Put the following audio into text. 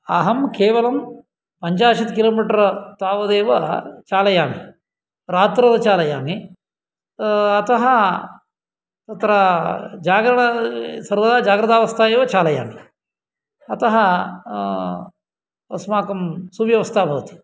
अहं केवलं पञ्चाशत् किलो मिटर् तावदेव चालयामि रात्रौ चालयामि अतः अत्र सर्वदा जाग्रतावस्था एव चालयामि अतः अस्माकं सुव्यवस्था भवति